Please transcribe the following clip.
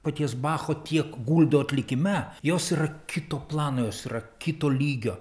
paties bacho tiek guldo atlikime jos ir kito plano jos yra kito lygio